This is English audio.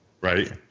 Right